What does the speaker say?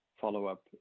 follow-up